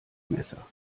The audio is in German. messer